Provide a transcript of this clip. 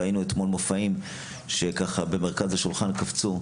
ראינו אתמול מופעים שככה במרכז השולחן קפצו,